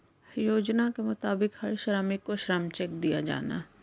योजना के मुताबिक हर श्रमिक को श्रम चेक दिया जाना हैं